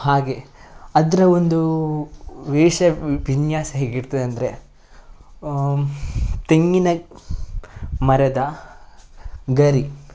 ಹಾಗೆ ಅದರ ಒಂದು ವೇಷ ವಿನ್ಯಾಸ ಹೇಗಿರ್ತದೆ ಅಂದರೆ ತೆಂಗಿನ ಮರದ ಗರಿ